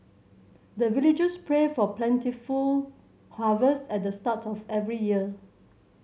the villagers pray for plentiful harvest at the start of every year